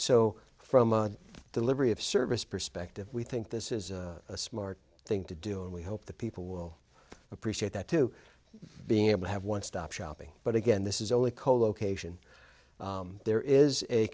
so from a delivery of service perspective we think this is a smart thing to do and we hope the people will appreciate that too being able to have one stop shopping but again this is only co location there is a